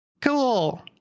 cool